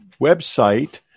website